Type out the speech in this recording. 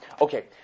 Okay